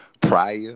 prior